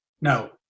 no